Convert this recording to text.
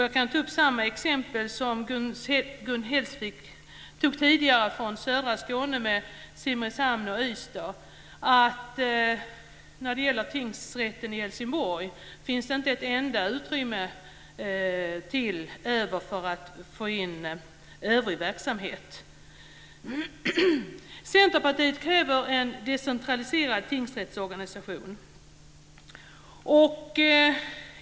Jag kan ta motsvarande exempel som Gun Hellsvik tog tidigare från södra Skåne med Simrishamn och Ystad. På tingsrätten i Helsingborg finns det nämligen inte ett enda utrymme över för att få in övrig verksamhet. Centerpartiet kräver en decentraliserad tingsrättsorganisation.